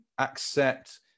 accept